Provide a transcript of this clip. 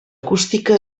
acústica